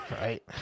Right